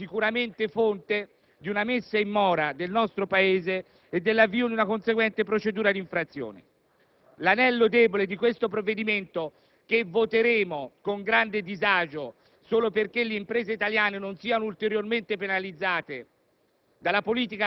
sarà sicuramente fonte di una messa in mora del nostro Paese e dell'avvio di una conseguente procedura di infrazione. È l'anello debole di questo provvedimento, che voteremo, con grande disagio, solo perché le imprese italiane non siano ulteriormente penalizzate